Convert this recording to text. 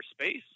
space